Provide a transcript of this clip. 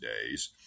days